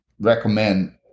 recommend